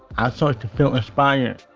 i started to feel inspired.